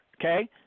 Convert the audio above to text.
okay